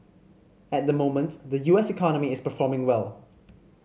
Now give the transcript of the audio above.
at the moment the U S economy is performing well